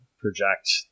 project